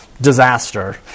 disaster